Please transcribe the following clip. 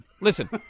Listen